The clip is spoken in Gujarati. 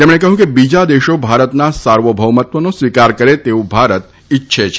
તેમણે કહ્યું કે બીજા દેશો ભારતના સાર્વભૌમત્વનો સ્વીકાર કરે તેવું ભારત ઇચ્છે છે